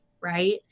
Right